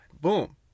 Boom